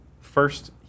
First